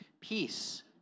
peace